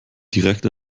direkt